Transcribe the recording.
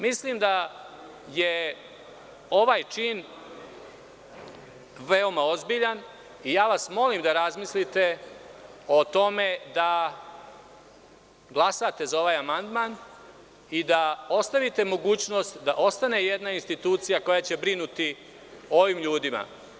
Mislim da je ovaj čin veoma ozbiljan i molim vas da razmislite o tome da glasate za ovaj amandman i da ostavite mogućnost da ostane jedna institucija koja će brinuti o ovim ljudima.